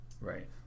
Right